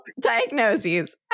diagnoses